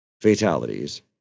fatalities